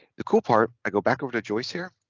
the cool part i go back over to joyce here